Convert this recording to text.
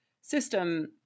system